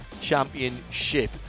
Championship